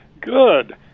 Good